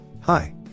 Hi